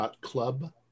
Club